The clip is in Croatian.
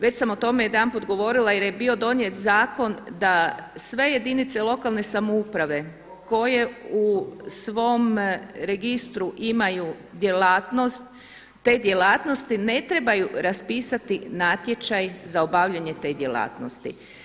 Već sam o tome jedanput govorila jer je bio donijet zakon da sve jedinice lokalne samouprave koje u svom registru imaju djelatnost, te djelatnosti ne trebaju raspisati natječaj za obavljanje te djelatnosti.